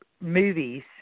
movies